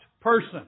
person